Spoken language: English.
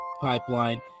pipeline